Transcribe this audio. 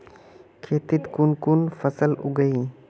खेतीत कुन कुन फसल उगेई?